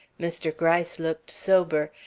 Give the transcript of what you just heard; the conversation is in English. mr. gryce looked sober,